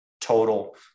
total